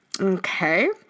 Okay